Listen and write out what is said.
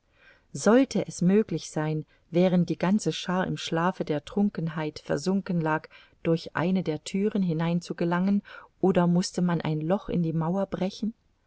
sollte es möglich sein während die ganze schar im schlafe der trunkenheit versunken lag durch eine der thüren hinein zu gelangen oder mußte man ein loch in die mauer brechen